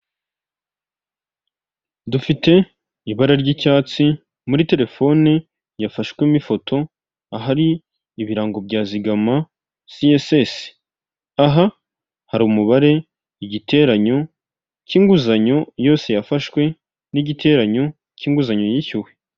Igiceri cy'u Rwanda cyanditseho banke nasiyonari di Rwanda, bigaragara ko cyakozwe mu mwaka w' igihumbi kimwe magana cyenda mirongo irindwi na karindwi, kandi iki giceri gishushanyijeho igitoki bigaragara ko mu Rwanda haba insina nyinshi.